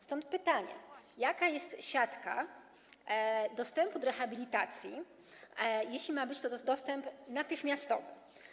Stąd pytanie: Jaka jest siatka dostępu do rehabilitacji, jeśli ma to być dostęp natychmiastowy?